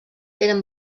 eren